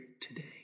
today